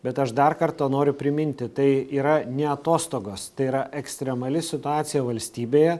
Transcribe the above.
bet aš dar kartą noriu priminti tai yra ne atostogos tai yra ekstremali situacija valstybėje